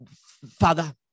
Father